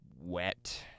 wet